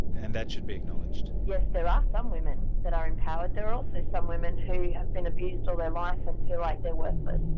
and that should be acknowledged. yes, there are some women that are empowered, there are also some women who have been abused all their life and feel like they're worthless,